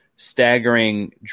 staggering